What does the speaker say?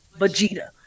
Vegeta